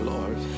Lord